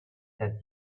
said